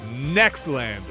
NEXTLANDER